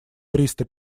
триста